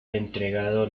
entregado